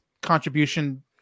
contribution